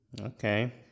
Okay